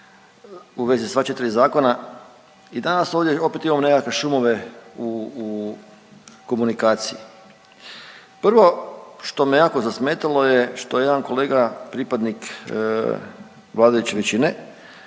u vezi sva četiri zakona. I danas ovdje opet imamo nekakve šumove u komunikaciji. Prvo što me jako zasmetalo je što je jedan kolega pripadnik vladajuće većine